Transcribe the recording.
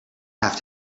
have